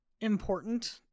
important